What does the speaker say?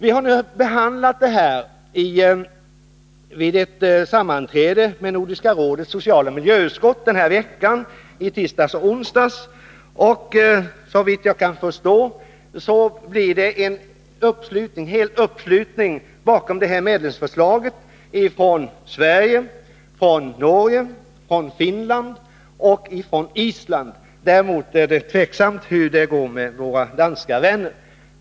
Vi har nu behandlat denna fråga vid ett sammanträde med Nordiska rådets sociala miljöutskott denna vecka, i tisdags och onsdags. Såvitt jag kan förstå blir uppslutningen bakom medlingsförslaget fullständig från Sverige, Norge. Finland och Island. Däremot är det tvivelaktigt hur det går med våra danska vänner.